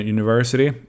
University